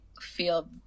feel